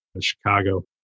Chicago